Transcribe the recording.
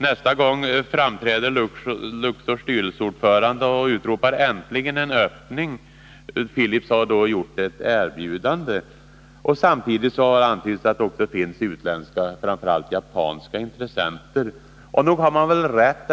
Nästa gång framträder Luxors styrelseordförande och utropar: Äntligen en öppning! — Philips har då gjort ett erbjudande. Samtidigt har det antytts att det också finns utländska, framför allt japanska, intressenter. Nog har man väl rätt